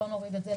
בואו נוריד את זה.